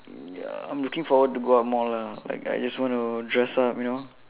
ya I'm looking forward to go out more lah like I just want to dress up you know